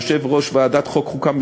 יושב-ראש ועדת חוקה,